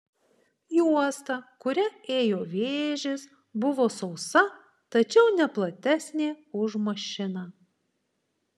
juosta kuria ėjo vėžės buvo sausa tačiau ne platesnė už mašiną